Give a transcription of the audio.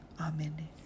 Amen